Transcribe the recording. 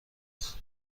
است